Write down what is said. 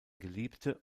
geliebte